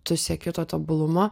tu sieki to tobulumo